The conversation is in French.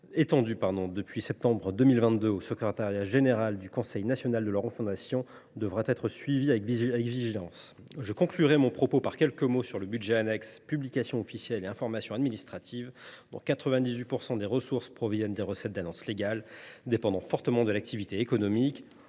étendue depuis septembre 2022 au secrétariat général du Conseil national de la refondation (CNR), devra être suivie avec vigilance. Je conclurai mon propos par quelques mots sur le budget annexe « Publications officielles et information administrative », dont 98 % des ressources proviennent des recettes d’annonces légales, dépendant fortement de l’activité économique.